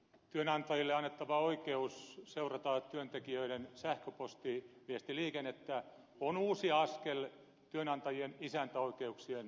työantajille annettava oikeus seurata työntekijöiden sähköpostiviestiliikennettä on uusi askel työnantajien isäntäoikeuksien laajentamiseen